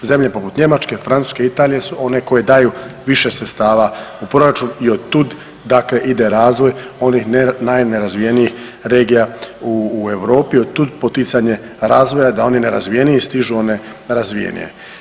Zemlje poput Njemačke, Francuske, Italije su one koje daju više sredstava u proračun i od tud dakle ide razvoj onih najnerazvijenijih regija u Europi, od tud poticanje razvoja da oni nerazvijeniji stižu one razvijenije.